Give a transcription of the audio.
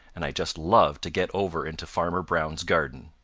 and i just love to get over into farmer brown's garden.